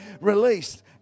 released